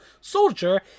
soldier